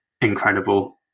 incredible